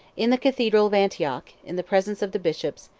in the cathedral of antioch, in the presence of the bishops,